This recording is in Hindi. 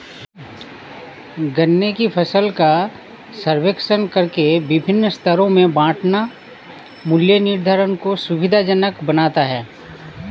गन्ने की फसल का सर्वेक्षण करके विभिन्न स्तरों में बांटना मूल्य निर्धारण को सुविधाजनक बनाता है